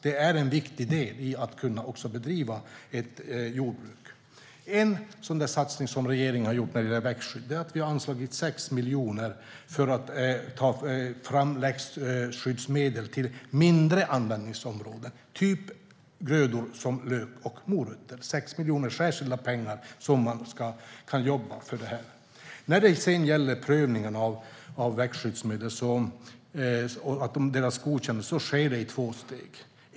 Det är också en viktig del i att kunna bedriva ett jordbruk. En sådan satsning som regeringen har gjort när det gäller växtskydd är att anslå 6 miljoner i särskilda pengar för att ta fram växtskyddsmedel till mindre användningsområden, typ grödor som lök och morötter. När det gäller prövningen av växtskyddsmedel och dess godkännande sker det i två steg.